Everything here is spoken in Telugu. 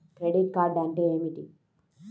క్రెడిట్ కార్డ్ అంటే ఏమిటి?